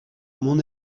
mon